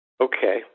Okay